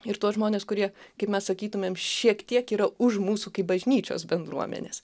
ir tuos žmones kurie kaip mes sakytumėm šiek tiek yra už mūsų kaip bažnyčios bendruomenės